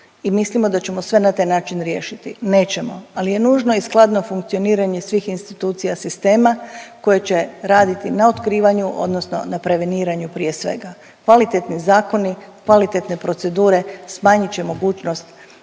mislimo da ćemo sve na taj način riješiti. Nećemo, ali je nužno i skladno funkcioniranje svih institucija sistema koji će radi na otkrivanju odnosno na preveniranju prije svega. Kvalitetni zakoni, kvalitetne procedure smanjit će mogućnost